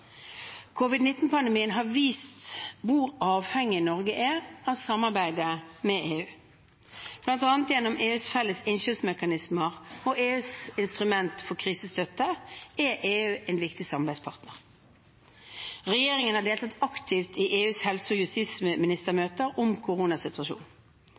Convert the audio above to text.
har vist hvor avhengig Norge er av samarbeidet med EU. Blant annet gjennom EUs felles innkjøpsmekanismer og EUs instrument for krisestøtte er EU en viktig samarbeidspartner. Regjeringen har deltatt aktivt i EUs helse- og